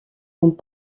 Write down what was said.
ont